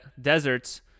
deserts